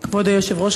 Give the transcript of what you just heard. כבוד היושב-ראש,